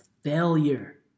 failure